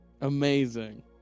Amazing